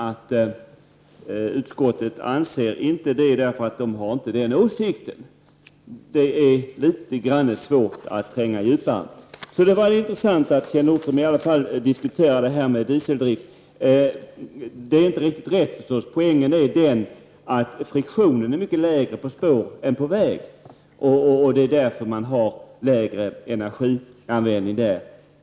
Det heter ju bara att utskottet inte har samma åsikt. Det kan således vara litet svårt att tränga djupare in i problematiken. Det var i varje fall intressant att notera att Kjell Nordström något diskuterade detta med dieseldrivna fordon. Men hans resonemang var inte helt riktigt. Poängen med dieseldrivna spårburna fordon är ju att friktionen är mycket mindre på spår än på väg. Spårburna fordon kräver därför mindre energi.